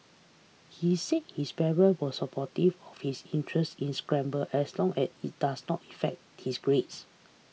he said his parent were supportive of his interest in scrabble as long as it does not affect his grades